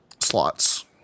slots